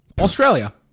Australia